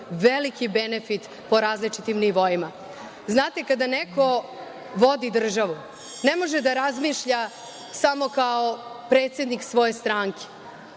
veliki benefit po različitim nivoima. Znate, kada neko vodi državu, ne može da razmišlja samo kao predsednik svoje stranke,